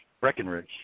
Breckenridge